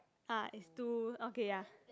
ah is to okay ya